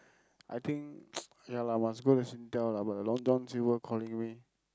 I think ya lah must go to Singtel lah but the Long-John-Silvers calling me